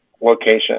location